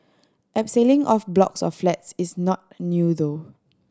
abseiling off blocks of flats is not new though